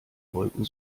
wolken